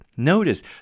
Notice